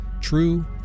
true